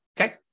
okay